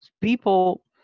People